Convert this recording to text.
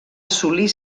assolir